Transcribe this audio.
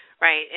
right